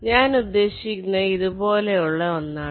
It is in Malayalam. ഞാൻ ഉദ്ദേശിക്കുന്നത് ഇതുപോലുള്ള ഒന്നാണ്